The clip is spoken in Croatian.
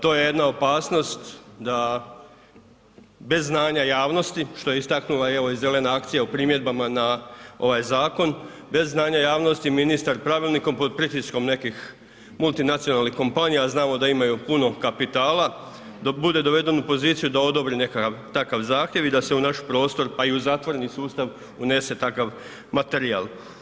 To je jedna opasnost da bez znanja javnosti, što je istaknula evo i Zelena akcija u primjedbama na ovaj zakon, bez znanja javnosti ministar pravilnikom pod pritiskom nekih multinacionalnih kompanija a znamo da imaju puno kapitala, dok bude doveden u poziciju da odobri nekakav takav zahtjev i da se u naš prostor pa i u zatvoreni sustav unese takav materijal.